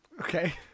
okay